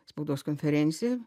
spaudos konferenciją